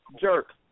jerk